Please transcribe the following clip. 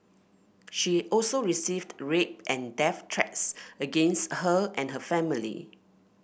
she also received rape and death threats against her and her family